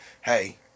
hey